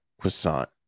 croissant